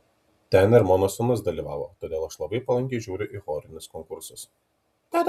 ten ir mano sūnus dalyvavo todėl aš labai palankiai žiūriu į chorinius konkursus